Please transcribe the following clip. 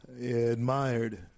Admired